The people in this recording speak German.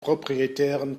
proprietären